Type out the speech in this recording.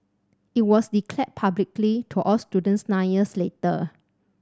it was declared publicly to all students nine years later